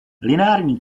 lineární